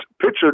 picture